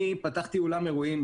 בפברואר 2020 פתחתי אולם אירועים,